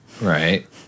Right